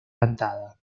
cantada